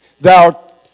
Thou